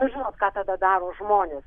žinot ką tada daro žmonės